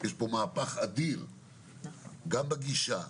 יש כאן מהפך אדיר גם בגישה,